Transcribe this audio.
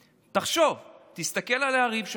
תחשוב, תסתכל על היריב שלך,